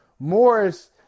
Morris